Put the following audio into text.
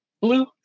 blue